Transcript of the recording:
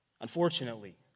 Unfortunately